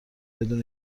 بدون